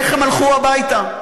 איך הם הלכו הביתה.